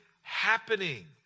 happening